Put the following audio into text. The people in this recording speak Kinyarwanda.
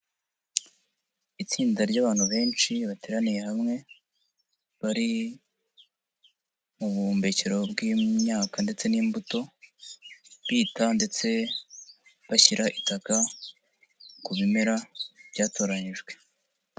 Itsinda ry'abantu benshi bateraniye hamwe, bari mu buhumbekero bw'imyaka ndetse n'imbuto, bita ndetse bashyira itaka ku bimera byatoranijwe.